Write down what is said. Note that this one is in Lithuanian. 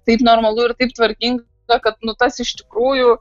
taip normalu ir taip tvarkinga ta kad nu tas iš tikrųjų